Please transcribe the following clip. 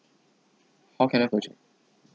how can I purchase